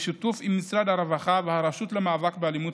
בשיתוף משרד הרווחה והרשות למאבק באלימות,